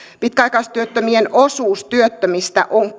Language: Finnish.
pitkäaikaistyöttömien osuus työttömistä on